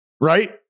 right